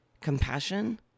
Compassion